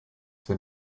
für